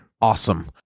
Awesome